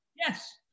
Yes